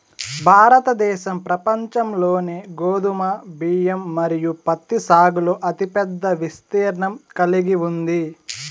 భారతదేశం ప్రపంచంలోనే గోధుమ, బియ్యం మరియు పత్తి సాగులో అతిపెద్ద విస్తీర్ణం కలిగి ఉంది